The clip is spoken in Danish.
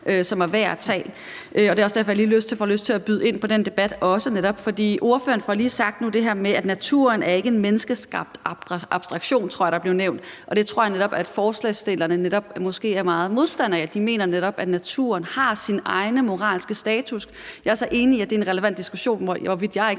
som er værd at tage. Derfor får jeg også lige lyst til at byde ind på den debat, for ordføreren får lige sagt det her med, at naturen ikke er en menneskeskabt abstraktion, tror jeg der blev sagt. Det tror jeg netop at forslagsstillerne måske er meget modstandere af. De mener netop, at naturen har sin egen moralske status. Jeg er så enig i, at det er relevant diskussion, og jeg er ikke